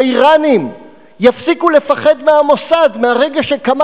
האירנים יפסיקו לפחד מהמוסד ברגע שכמה